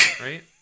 right